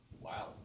Wow